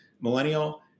millennial